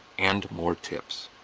and more tips.